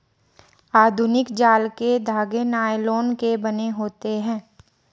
आधुनिक जाल के धागे नायलोन के बने होते हैं